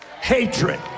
hatred